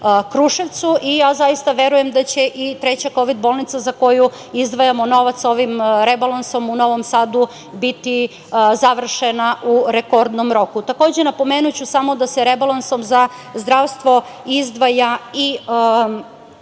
Kruševcu. Zaista verujem da će i treća kovid bolnica, za koju izdvajamo novac ovim rebalansom u Novom Sadu, biti završena u rekordnom roku. Takođe, napomenuću samo da se rebalansom za zdravstvo izdvaja i